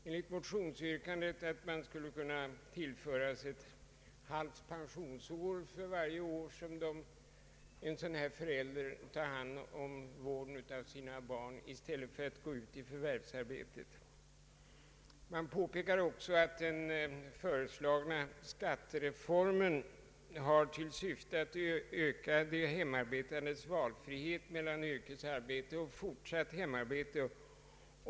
Enligt motionsyrkandet skulle man kunna tillföras ett halvt pensionsår för varje år som en förälder tar hand om vården av sina barn i stället för att gå ut i förvärvsarbete, Man påpekar också att den föreslagna skattereformen har till syfte att öka de hemarbetandes valfrihet mellan yrkesarbete och fortsatt hemarbete.